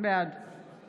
בעד